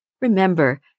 remember